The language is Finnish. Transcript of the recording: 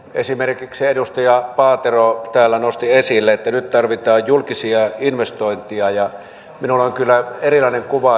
esimerkiksi edustaja paatero täällä nosti esille että nyt tarvitaan julkisia investointeja ja minulla on kyllä erilainen kuva